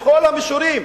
בכל המישורים,